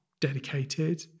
dedicated